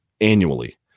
annually